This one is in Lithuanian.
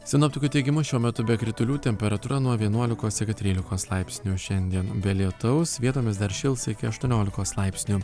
sinoptikų teigimu šiuo metu be kritulių temperatūra nuo vienuolikos iki trylikos laipsnių šiandien be lietaus vietomis dar šils iki aštuoniolikos laipsnių